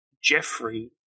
Jeffrey